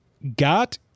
Got